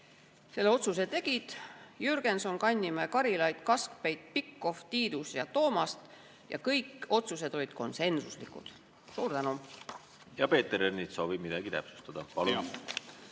kell 12. Otsused tegid Jürgenson, Kannimäe, Karilaid, Kaskpeit, Pikhof, Tiidus ja Toomast. Kõik otsused olid konsensuslikud. Suur tänu! Peeter Ernits soovib midagi täpsustada. Palun!